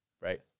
Right